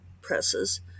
presses